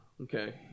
Okay